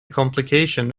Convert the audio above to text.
complication